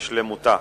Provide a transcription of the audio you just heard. בשלמותה.